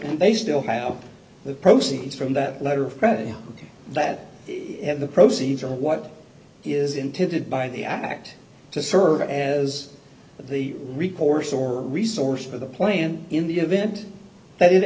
and they still have the proceeds from that letter of credit that have the proceeds of what is intended by the act to serve as the recourse or resource of the plan in the event that it